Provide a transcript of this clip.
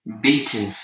beaten